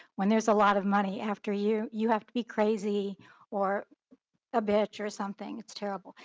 when there's a lot of money after you, you have to be crazy or a bitch, or something, it's terrible.